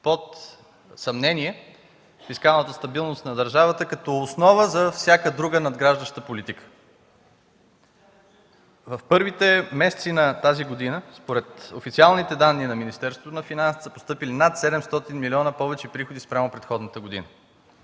под съмнение фискалната стабилност на държавата, като основа за всяка друга надграждаща политика. В първите месеци на тази година, според официалните данни на Министерството на финансите, са постъпили над 700 милиона повече приходи спрямо предходната година.